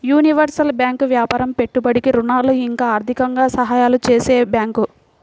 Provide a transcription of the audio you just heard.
universal bank వ్యాపారం పెట్టుబడికి ఋణాలు ఇంకా ఆర్థికంగా సహాయాలు చేసే బ్యాంకు